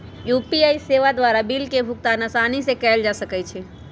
UPI सेवा द्वारा bill के भुगतान असानी से कएल जा सकइ छै